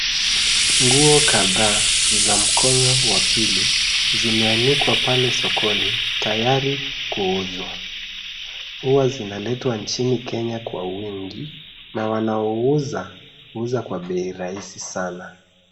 Nguo kadhaa za mkono wa pili zimeanikwa pale sokoni tayari kuuzwa. Huwa zinaletwa nchini Kenya kwa wingi na wanaouza huuza kwa bei rahisi sana.